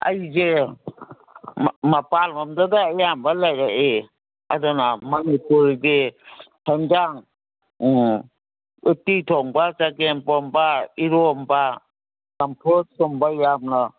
ꯑꯩꯖꯦ ꯃꯄꯥꯟꯂꯣꯝꯗꯗ ꯑꯌꯥꯝꯕ ꯂꯩꯔꯛꯏ ꯑꯗꯨꯅ ꯃꯅꯤꯄꯨꯔꯒꯤ ꯍꯦꯟꯖꯥꯡ ꯎꯇꯤ ꯊꯣꯡꯕ ꯆꯒꯦꯝꯄꯣꯝꯕ ꯏꯔꯣꯝꯕ ꯆꯝꯐꯨꯠꯀꯨꯝꯕ ꯌꯥꯝꯅ